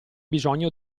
bisogno